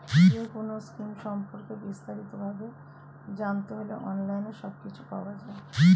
যেকোনো স্কিম সম্পর্কে বিস্তারিত ভাবে জানতে হলে অনলাইনে সবকিছু পাওয়া যায়